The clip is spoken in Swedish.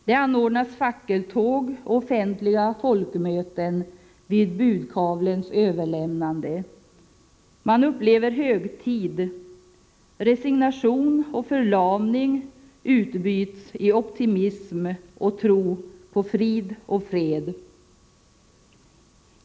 Det anordnas fackeltåg och offentliga folkmöten vid budkavlens överlämnande. Man upplever högtid. Resignation och förlamning utbyts i optimism och tro på frid och fred.